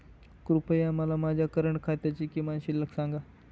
कृपया मला माझ्या करंट खात्याची किमान शिल्लक सांगा